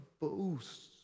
boasts